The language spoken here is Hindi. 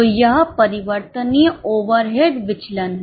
तो यह परिवर्तनीय ओवरहेड विचलन है